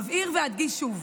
אבהיר ואדגיש שוב: